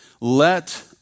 let